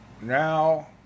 Now